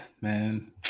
man